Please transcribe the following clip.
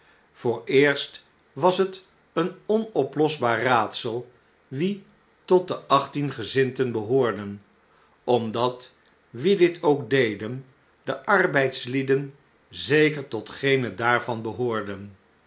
vooreerst was het een onoplosbaar raadsel wie tot de achttien gezindten behoorden omdat wie dit ook deden de arbeidslieden zeker tot geene daarvan behoorden